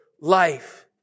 life